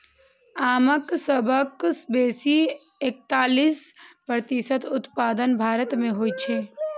आमक सबसं बेसी एकतालीस प्रतिशत उत्पादन भारत मे होइ छै